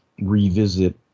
revisit